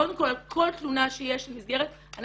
קודם כל על כל תלונה שיש על מסגרת אנחנו